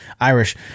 Irish